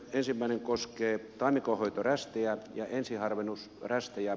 ensimmäinen koskee taimikonhoitorästejä ja ensiharvennusrästejä